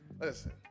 Listen